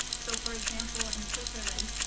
so for example, in switzerland,